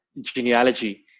genealogy